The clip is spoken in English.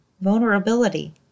Vulnerability